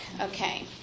Okay